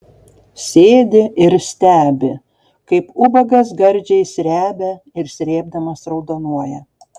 sėdi ir stebi kaip ubagas gardžiai srebia ir srėbdamas raudonuoja